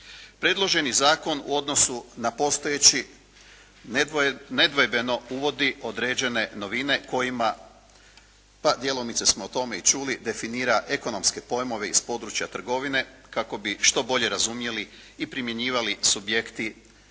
Predloženi zakon u odnosu na postojeći nedvojbeno uvodi određene novine kojima pa djelomice smo o tome i čuli, definira ekonomske pojmove iz područja trgovine kako bi što bolje razumjeli i primjenjivali subjekti